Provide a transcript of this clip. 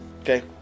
okay